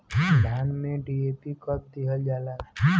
धान में डी.ए.पी कब दिहल जाला?